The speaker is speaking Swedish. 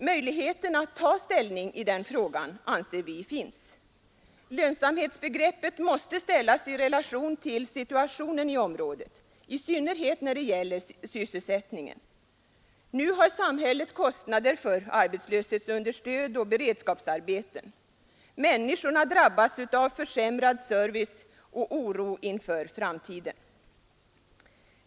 Möjligheterna att ta ställning i den frågan anser vi finns. Lönsamhetsbegreppet måste ställas i relation till situationen i området, i synnerhet när det gäller sysselsättningen. Nu har samhället kostnader för arbetslöshetsunderstöd och beredskapsarbeten. Människorna drabbas av försämrad service och oro inför framtiden.